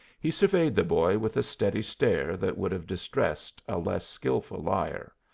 he surveyed the boy with a steady stare that would have distressed a less skilful liar,